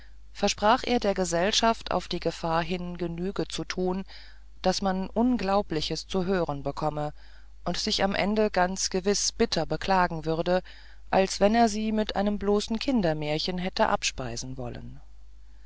versprach er der gesellschaft auf die gefahr hin genüge zu tun daß man unglaubliches zu hören bekommen und sich am ende ganz gewiß bitter beklagen würde als wenn er sie mit einem bloßen kindermärchen hätte abspeisen wollen